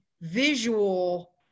visual